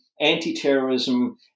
anti-terrorism